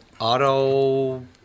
auto